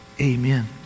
amen